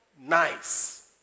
nice